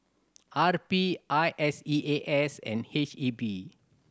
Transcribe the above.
R P I S E A S and H E B